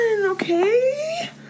okay